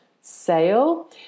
sale